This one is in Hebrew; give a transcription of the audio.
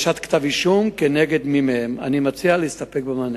אני מציע להסתפק במענה.